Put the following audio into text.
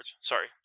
Sorry